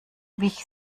wich